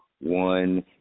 one